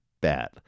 bad